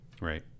Right